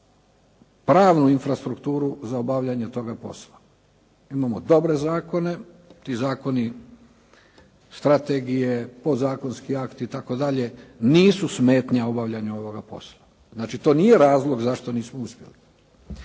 pravnu infrastrukturu za obavljanje toga posla. Imamo dobre zakone. Ti zakoni, strategije, podzakonski akti itd. nisu smetnja obavljanja ovoga posla. Znači to nije razlog zašto nismo uspjeli.